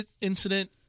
incident